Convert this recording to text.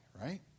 right